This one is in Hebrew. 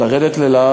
לרדת אליו.